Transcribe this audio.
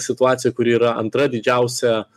situaciją kuri yra antra didžiausia